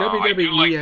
wwe